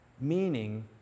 meaning